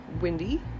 windy